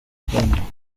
igikombe